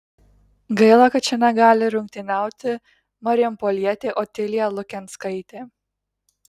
gaila kad čia negali rungtyniauti marijampolietė otilija lukenskaitė